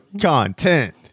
content